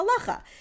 Halacha